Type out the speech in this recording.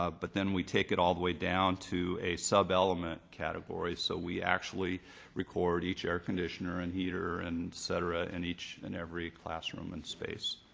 ah but then we take it all the way down to a sub-element category, so we actually record each air conditioner and heater, et cetera, in each and every classroom and space.